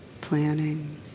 planning